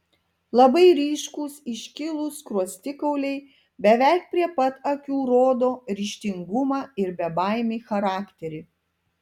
labai ryškūs iškilūs skruostikauliai beveik prie pat akių rodo ryžtingumą ir bebaimį charakterį